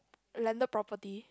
landed property